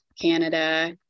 Canada